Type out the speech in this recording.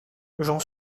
j’en